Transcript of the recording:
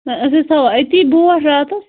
أسۍ حظ تھاوو أتی بوٹھ راتَس